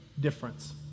difference